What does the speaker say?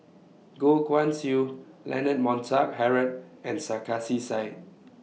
Goh Guan Siew Leonard Montague Harrod and Sarkasi Said